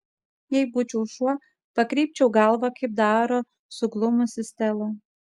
jei būčiau šuo pakreipčiau galvą kaip daro suglumusi stela